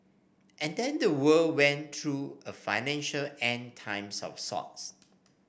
and then the world went through a financial End Times of sorts